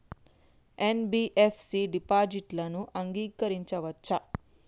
NBFC డిపాజిట్లను అంగీకరించవచ్చా?